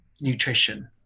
nutrition